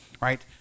right